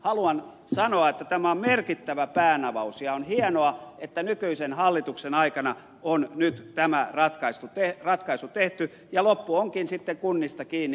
haluan sanoa että tämä on merkittävä päänavaus ja on hienoa että nykyisen hallituksen aikana on nyt tämä ratkaisu tehty ja loppu onkin sitten kunnista kiinni